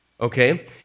Okay